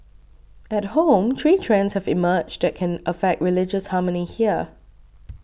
at home three trends have emerged that can affect religious harmony here